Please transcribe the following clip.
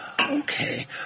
Okay